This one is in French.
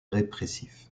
répressif